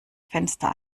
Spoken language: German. fenster